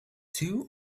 two